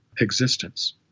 existence